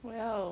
我要